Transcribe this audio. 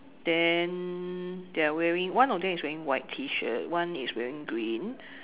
then they're wearing one of them is wearing white T-shirt one is wearing green